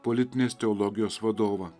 politinės teologijos vadovą